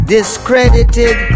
Discredited